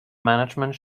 management